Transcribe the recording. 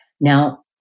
Now